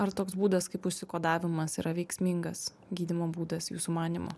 ar toks būdas kaip užsikodavimas yra veiksmingas gydymo būdas jūsų manymu